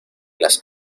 las